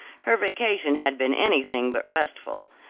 her vacation had been anything but restful.